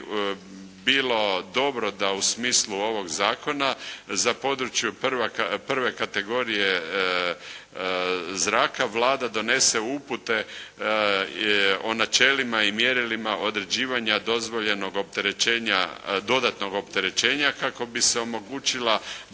bilo dobro da u smislu ovog zakona za područje prve kategorije zraka Vlada donese upute o načelima i mjerilima određivanja dozvoljenog opterećenja, dodatnog